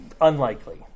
Unlikely